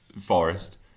Forest